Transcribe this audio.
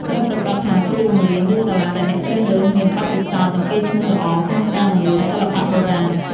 ត្រូវប្រាកដថាគ្រូបង្រៀន ឬសាលាដែលអ្នកជ្រើសរើស មាន បទពិសោធន៍ និងកេរ្តិ៍ឈ្មោះល្អ ក្នុងការបង្រៀនសិល្បៈបុរាណ។